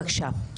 בבקשה.